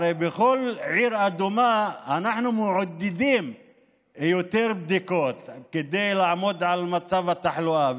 הרי בכל עיר אדומה אנחנו מעודדים יותר בדיקות כדי לעמוד על מצב התחלואה.